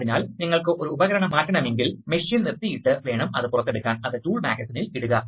അതിനാൽ സിലിണ്ടറിലുടനീളം ഒരു നിശ്ചിത അളവിലുള്ള സമ്മർദ്ദം എത്തുന്നു